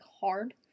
hard